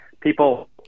people